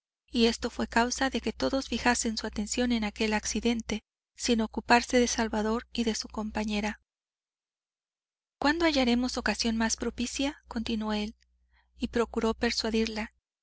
y esto fue causa de que todos fijasen su atención en aquel accidente sin ocuparse de salvador y de su compañera cuándo hallaremos ocasión más propicia continuó él y procuró persuadirla